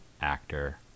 actor